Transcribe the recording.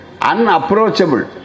Unapproachable